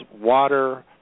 water